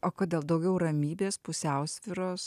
o kodėl daugiau ramybės pusiausvyros